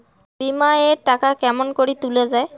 বিমা এর টাকা কেমন করি তুলা য়ায়?